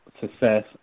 success